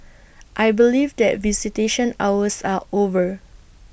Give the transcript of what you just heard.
I believe that visitation hours are over